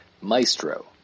Maestro